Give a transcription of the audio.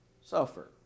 suffer